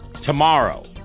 Tomorrow